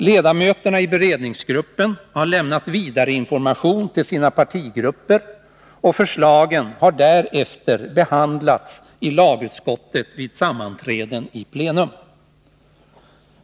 Ledamöter i beredningsgruppen har lämnat vidareinformation till sina partigrupper, och förslagen har därefter behandlats i lagutskottet vid sammanträden i plenum.